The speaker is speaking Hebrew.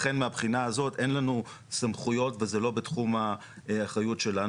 לכן מהבחינה הזאת אין לנו סמכויות וזה לא בתחום האחריות שלנו,